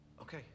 okay